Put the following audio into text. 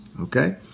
okay